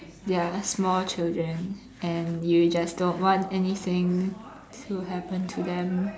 they're small children and you just don't want anything to happen to them